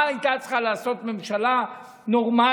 מה הייתה צריכה לעשות ממשלה נורמלית